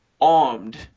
armed